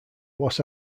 los